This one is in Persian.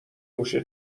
موشه